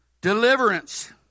Deliverance